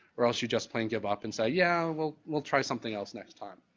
or else you're just playing give up and say, yeah, we'll we'll try something else next time.